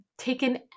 taken